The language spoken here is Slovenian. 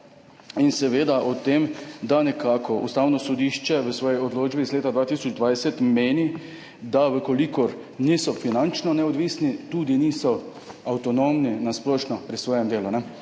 in seveda o tem, da nekako Ustavno sodišče v svoji odločbi iz leta 2020 meni, če niso finančno neodvisni, tudi niso avtonomni na splošno pri svojem delu.